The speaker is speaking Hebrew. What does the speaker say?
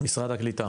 משרד הקליטה,